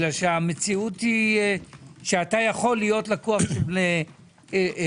המציאות היא שאתה יכול להיות לקוח של בנק,